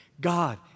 God